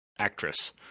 actress